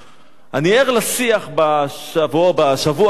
אני ער לשיח בשבוע האחרון,